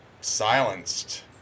silenced